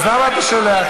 אז למה אתה שולח?